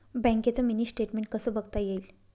बँकेचं mini statement कसं बघता येईल?